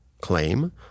claim